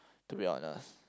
to be honest